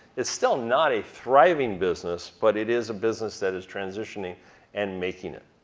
it's still not a thriving business, but it is a business that is transitioning and making it.